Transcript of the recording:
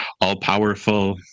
all-powerful